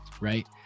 Right